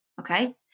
Okay